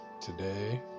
today